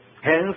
Hence